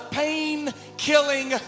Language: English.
pain-killing